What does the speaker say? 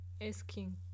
asking